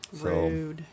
Rude